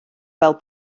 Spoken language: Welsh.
fel